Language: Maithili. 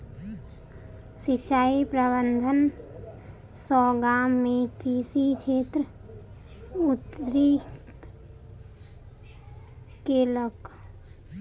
सिचाई प्रबंधन सॅ गाम में कृषि क्षेत्र उन्नति केलक